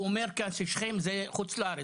הוא אומר כאן ששכם זה חו"ל.